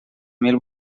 mil